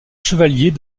chevalier